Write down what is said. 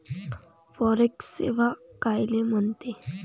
Forex सेवा कायले म्हनते?